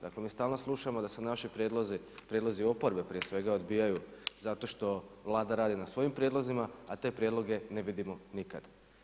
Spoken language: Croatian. Dakle, mi stalno slušamo da se naši prijedlozi, prijedlozi oporbe prije svega odbijaju zato što Vlada radi na svojim prijedlozima, a te prijedloge ne vidimo nikad.